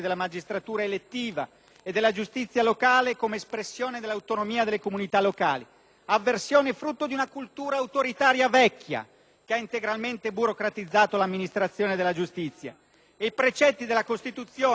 avversione frutto di una cultura autoritaria vecchia, che ha integralmente burocratizzato l'amministrazione della giustizia. I precetti della Costituzione, posti a garanzia della funzione giudiziaria, letti senza occhiali ideologici,